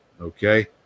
Okay